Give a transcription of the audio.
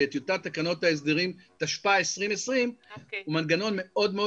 בטיוטת תקנות ההסדרים תשפ"א-2020 הוא מנגנון מאוד מאוד